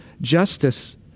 justice